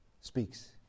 speaks